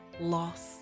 loss